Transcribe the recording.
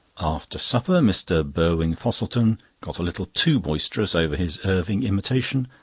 after supper, mr. burwin-fosselton got a little too boisterous over his irving imitation,